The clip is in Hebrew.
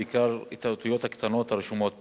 בעיקר את האותיות הקטנות הרשומות בהם,